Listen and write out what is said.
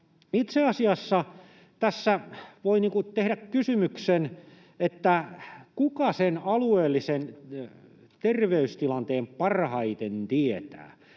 Itse asiassa tässä voi tehdä kysymyksen, kuka sen alueellisen terveystilanteen parhaiten tietää.